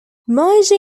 major